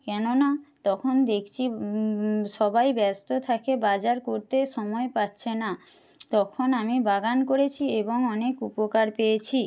কেননা তখন দেখছি সবাই ব্যস্ত থাকে বাজার করতে সময় পাচ্ছে না তখন আমি বাগান করেছি এবং অনেক উপকার পেয়েছি